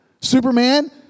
Superman